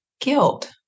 guilt